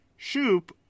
Shoup